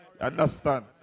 understand